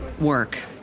work